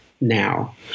now